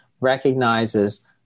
recognizes